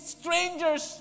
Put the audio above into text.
strangers